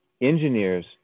engineers